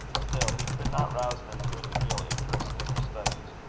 still, he could not rouse them to any real interest in their studies.